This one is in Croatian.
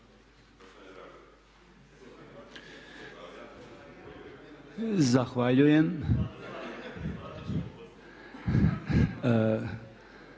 Zahvaljujem.